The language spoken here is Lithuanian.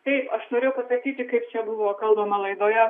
taip aš norėjau pamatyti kaip čia buvo kalbama laidoje